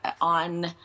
on